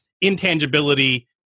intangibility